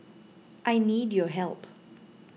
I need your help